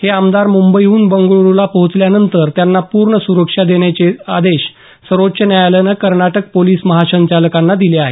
हे आमदार मुंबईहून बंगळुरूला पोहोचल्यानंतर त्यांना पूर्ण सुरक्षा देण्याचे आदेश सर्वोच्च न्यायालयानं कर्नाटकच्या पोलिस महासंचालकांना दिले आहेत